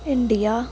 India